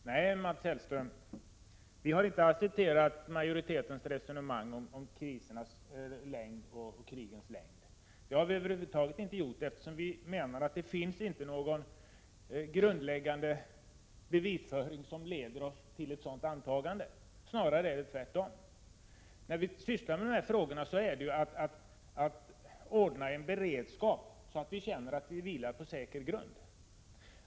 Herr talman! Nej, Mats Hellström, vi har över huvud taget inte accepterat majoritetens resonemang om krisernas och krigens längd, eftersom vi menar att det inte finns någon grundläggande bevisföring för ett sådant antagande — snarare är det tvärtom. Vad vi sysslar med när det gäller dessa frågor är att ordna en beredskap, så att vi kan känna att vi vilar på en säker grund.